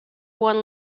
one